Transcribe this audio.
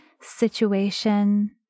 situation